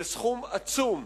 זה סכום עצום.